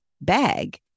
bag